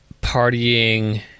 partying